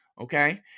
okay